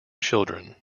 children